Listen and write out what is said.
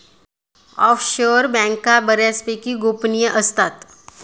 offshore बँका बऱ्यापैकी गोपनीय असतात